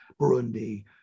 Burundi